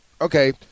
okay